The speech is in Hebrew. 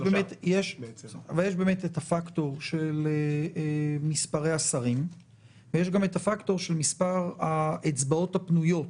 יש את הפקטור של מספרי השרים ויש גם את הפקטור של מספר האצבעות הפנויות,